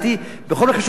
בכל הקשור להפגנות,